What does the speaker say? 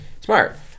smart